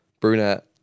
brunette